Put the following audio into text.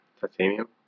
Titanium